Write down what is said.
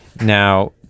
Now